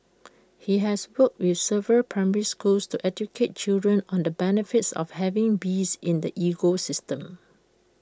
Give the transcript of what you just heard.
he has worked with several primary schools to educate children on the benefits of having bees in the ecosystem